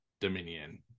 dominion